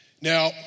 Now